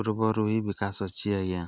ପୂର୍ବରୁ ହଁ ବିକାଶ ଅଛି ଆଜ୍ଞା